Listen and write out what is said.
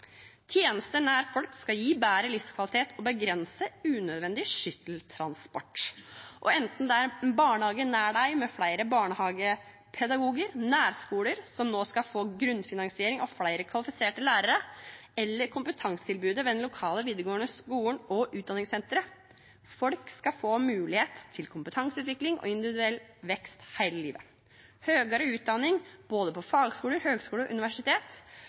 Tjenester nær folk skal gi bedre livskvalitet og begrense unødvendig skytteltransport. Enten det er en barnehage nær deg med flere barnehagepedagoger, nærskoler som nå skal få grunnfinansiering og flere kvalifiserte lærere, eller kompetansetilbudet ved den lokale videregående skolen og utdanningssenteret – folk skal få mulighet til kompetanseutvikling og individuell vekst hele livet. Høyere utdanning på både fagskoler,